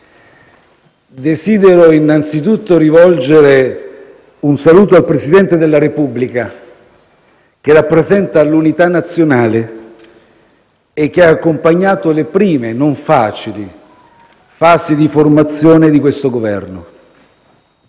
desidero innanzitutto rivolgere un saluto al Presidente della Repubblica, che rappresenta l'unità nazionale e che ha accompagnato le prime non facili fasi di formazione di questo Governo.